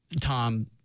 Tom